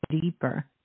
deeper